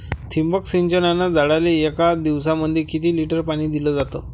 ठिबक सिंचनानं झाडाले एक दिवसामंदी किती लिटर पाणी दिलं जातं?